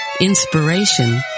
inspiration